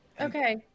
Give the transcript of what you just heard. Okay